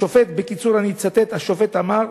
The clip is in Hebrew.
השופט, בקיצור, אני אצטט, השופט אמר: